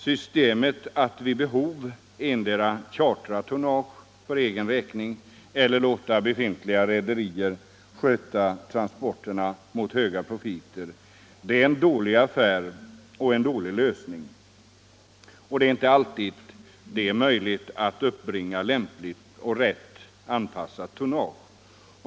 Systemet att vid behov endera chartra tonnage för egen räkning eller låta befintliga rederier sköta transporterna mot höga profiter är en dålig affär och en dålig lösning. Det är inte alltid möjligt att uppbringa lämpligt och rätt anpassat tonnage.